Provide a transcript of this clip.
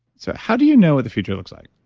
so how do you know what the future looks like?